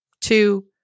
Two